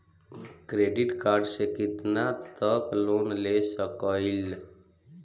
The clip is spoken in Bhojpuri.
क्रेडिट कार्ड से कितना तक लोन ले सकईल?